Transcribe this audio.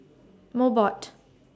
Mobot